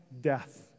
death